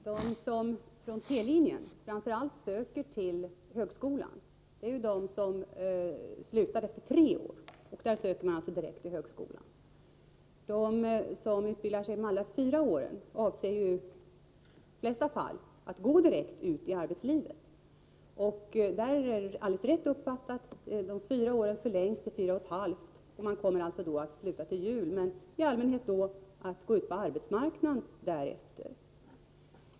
Herr talman! De som från T-linjen söker till högskolan är framför allt de som slutar efter tre år. Då söker man sig direkt till högskolan. De som utbildar sig under fyra år avser ju i de flesta fall att gå direkt ut i arbetslivet. Anna Wohlin-Andersson har uppfattat saken alldeles riktigt: de fyra åren förlängs till fyra och ett halvt år, och man kommer alltså att sluta till julen. I allmänhet blir det sedan fråga om att gå ut på arbetsmarknaden.